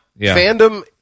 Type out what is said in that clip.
fandom